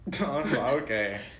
Okay